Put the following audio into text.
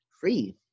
free